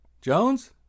Jones